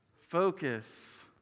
focus